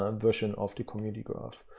um version of the community graph.